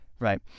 Right